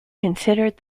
considered